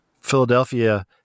Philadelphia